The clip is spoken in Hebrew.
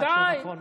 מה שנכון נכון.